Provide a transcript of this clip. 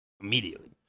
immediately